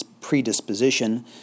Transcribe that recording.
predisposition